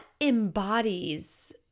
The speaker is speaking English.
embodies